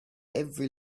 every